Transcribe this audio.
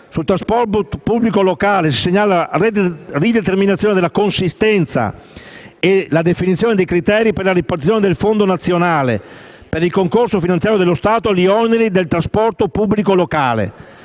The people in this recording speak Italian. al trasporto pubblico locale, si segnala la rideterminazione della consistenza e la definizione dei criteri per la ripartizione del Fondo nazionale per il concorso finanziario dello Stato agli oneri del trasporto pubblico locale,